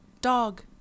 Dog